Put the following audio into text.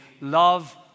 love